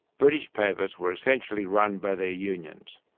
british papers were essentially run by their unions,